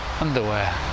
underwear